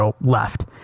left